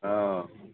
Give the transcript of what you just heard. हँ